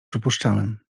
przypuszczałem